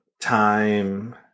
time